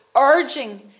urging